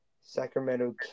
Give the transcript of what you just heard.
Sacramento